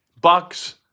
Bucks